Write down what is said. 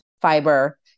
fiber